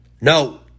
No